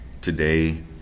today